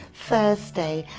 thursday.